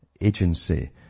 agency